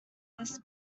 this